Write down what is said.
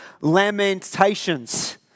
Lamentations